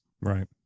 Right